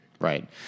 Right